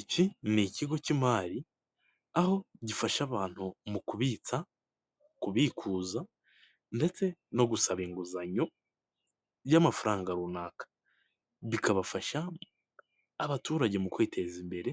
Iki ni ikigo k'imari aho gifasha abantu mu kubitsa, kubikuza ndetse no gusaba inguzanyo y'amafaranga runaka. Bikabafasha abaturage mu kwiteza imbere